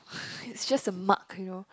ugh it's just a mug you know